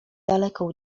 daleką